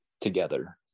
together